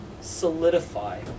solidify